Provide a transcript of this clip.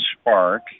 spark